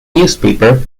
newspaper